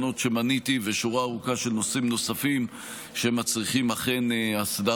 שמניתי ושורה ארוכה של נושאים נוספים שאכן מצריכים הסדרה.